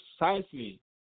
precisely